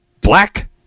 black